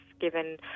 given